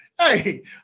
Hey